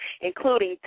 including